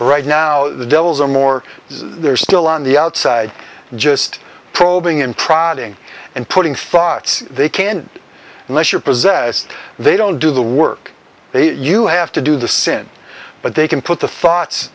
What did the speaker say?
right now the devils are more they're still on the outside just probing and prodding and putting thoughts they can't unless you're possessed they don't do the work you have to do the sin but they can put the thoughts